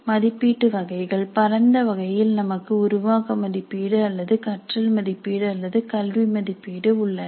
மதிப்பீட்டு வகைகள் பரந்த வகையில் நமக்கு உருவாக்க மதிப்பீடு அல்லது கற்றல் மதிப்பீடு அல்லது கல்வி மதிப்பீடு உள்ளன